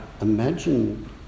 imagine